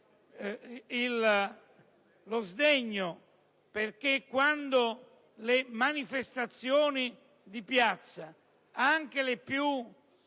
lo sdegno. Quando le manifestazioni di piazza, anche le più